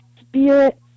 spirit